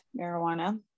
marijuana